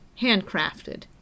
Handcrafted